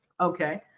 Okay